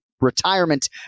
retirement